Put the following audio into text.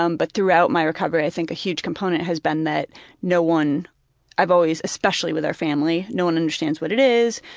um but throughout my recovery i think a huge component has been that no one i've always, especially with our family, no one understands what it is.